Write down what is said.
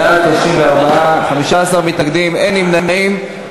בעד, 34, 15 מתנגדים, אין נמנעים.